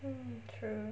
mm true